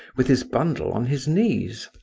with his bundle on his knees.